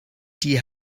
die